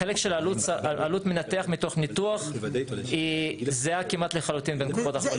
החלק של עלות מנתח מתוך ניתוח היא זהה כמעט לחלוטין במקומות אחרים.